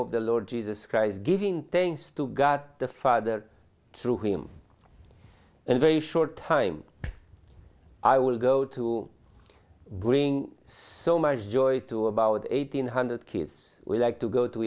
of the lord jesus christ giving thanks to god the father through him and very short time i will go to bring some my joys to about eighteen hundred kids we like to go to